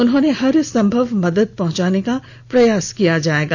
उन्हें हर संभव मदद पहंचाने का प्रयास किया जायेगा